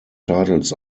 titles